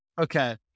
Okay